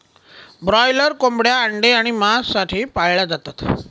broiler कोंबड्या अंडे आणि मांस साठी पाळल्या जातात